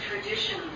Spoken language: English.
tradition